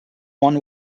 one